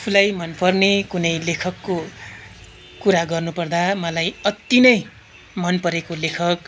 आफूलाई मनपर्ने कुनै लेखकको कुरा गर्नुपर्दा मलाई अति नै मनपरेको लेखक